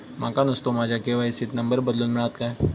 माका नुस्तो माझ्या के.वाय.सी त नंबर बदलून मिलात काय?